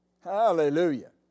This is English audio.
Hallelujah